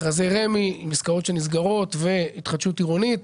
מכרזי רמ"י, עסקאות שנסגרות והתחדשות עירונית.